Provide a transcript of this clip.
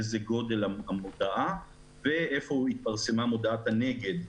באיזה גודל המודעה ואיפה התפרסמה מודעת הנגד,